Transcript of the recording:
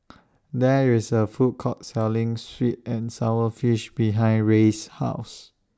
There IS A Food Court Selling Sweet and Sour Fish behind Rey's House